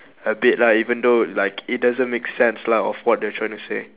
a bit like even though like it doesn't make sense lah of what they're trying to say